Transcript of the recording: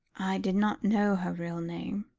did not know her real name,